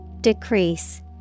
Decrease